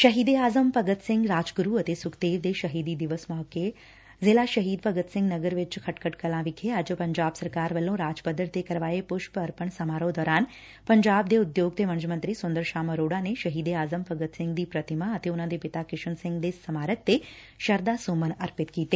ਸ਼ਹੀਦ ਏ ਆਜ਼ਮ ਭਗਤ ਸਿੰਘ ਰਾਜਗੁਰੁ ਅਤੇ ਸੁਖਦੇਵ ਦੇ ਸ਼ਹੀਦੀ ਦਿਵਸ ਮੌਕੇ ਜ਼ਿਲਾ ਸ਼ਹੀਦ ਭਗਤ ਸਿੰਘ ਨਗਰ ਵਿਚ ਖਟਕੜ ਕਲਾ ਵਿਖੇ ਅੱਜ ਪੰਜਾਬ ਸਰਕਾਰ ਵੱਲੋਂ ਰਾਜ ਪੱਧਰ ਤੇ ਕਰਵਾਏ ਪੁਸ਼ਪ ਅਰਪਣ ਸਮਾਰੋਹ ਦੌਰਾਨ ਪੰਜਾਬ ਦੇ ਉਦਯੋਗ ਤੇ ਵਣਜ ਮੰਤਰੀ ਸੁੰਦਰ ਸ਼ਾਮ ਅਰੋੜਾ ਨੇ ਸ਼ਹੀਦ ਏ ਆਜ਼ਮ ਭਗਤ ਸਿੰਘ ਦੀ ਪ੍ਰਤਿਮਾ ਅਤੇ ਉਨਾਂ ਦੇ ਪਿਤਾ ਕਿਸ਼ਨ ਸਿੰਘ ਦੇ ਸਮਾਰਕ ਤੇ ਸ਼ਰਧਾ ਸੁਮਨ ਅਰਪਿਤ ਕੀਤੇ